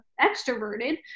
extroverted